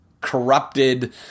corrupted